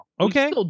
Okay